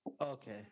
Okay